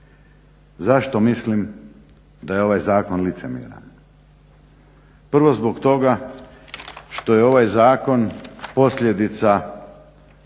Zašto mislim da je ovaj zakon licemjeran? Prvo zbog toga što je ovaj zakon posljedica